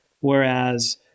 Whereas